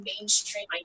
mainstream